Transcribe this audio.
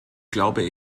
glaube